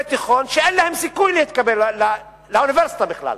תיכון שאין להם סיכוי להתקבל לאוניברסיטה בכלל,